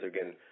again